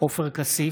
עופר כסיף,